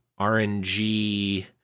RNG